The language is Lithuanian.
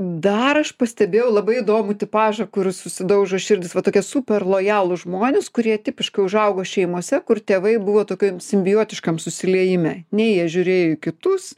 dar aš pastebėjau labai įdomų tipažą kur susidaužo širdis va tokie super lojalūs žmonės kurie tipiškai užaugo šeimose kur tėvai buvo tokiam simbiotiškam susiliejime nei jie žiūrėjo į kitus